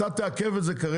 אתה תעכב את זה כרגע,